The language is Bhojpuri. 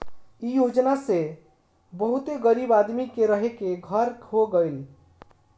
इ योजना से बहुते गरीब आदमी के रहे के घर हो गइल